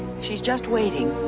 she's just waiting.